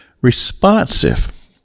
responsive